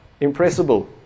impressible